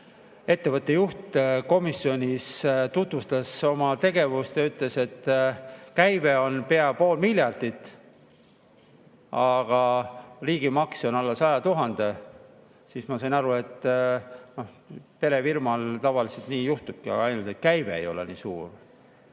ettevõtte juht komisjonis tutvustas oma tegevust ja ütles, et käive on pea pool miljardit, aga riigimakse on alla 100 000, siis ma sain aru, et nii juhtub tavaliselt perefirmal, ainult käive ei ole nii suur.